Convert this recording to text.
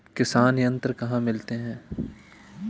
किसान यंत्र कहाँ मिलते हैं?